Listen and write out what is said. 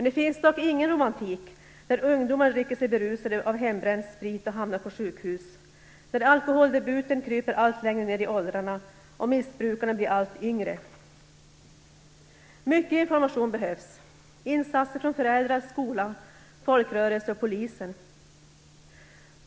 Det finns dock inget av romantik i att ungdomar dricker sig berusade av hembränd sprit och hamnar på sjukhus, i att alkoholdebuten kryper allt längre ned i åldrarna och i att missbrukarna blir allt yngre. Mycket information behövs: insatser från föräldrar, skola, folkrörelser och polis.